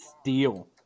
steal